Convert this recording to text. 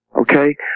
okay